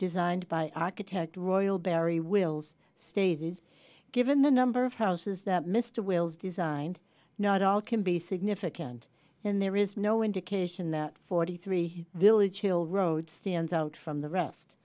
designed by architect royal barry wills stated given the number of houses that mr wills designed not all can be significant and there is no indication that forty three village hill road stands out from the rest